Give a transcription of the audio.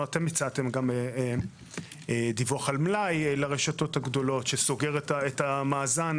אתם הצעתם דיווח על מלאי לרשתות הגדולות שסוגר את המאזן